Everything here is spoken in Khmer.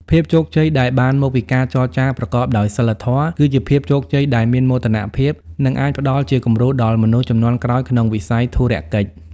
ភាពជោគជ័យដែលបានមកពីការចរចាប្រកបដោយសីលធម៌ គឺជាភាពជោគជ័យដែលមានមោទនភាព និងអាចផ្ដល់ជាគំរូដល់មនុស្សជំនាន់ក្រោយក្នុងវិស័យធុរកិច្ច។